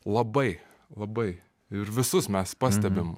labai labai ir visus mes pastebim